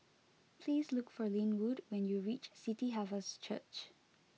please look for Linwood when you reach City Harvest Church